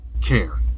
care